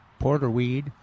porterweed